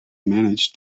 managed